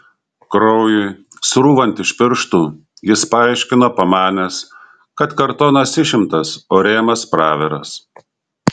kraujui srūvant iš pirštų jis paaiškino pamanęs kad kartonas išimtas o rėmas praviras